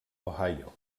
ohio